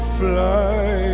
fly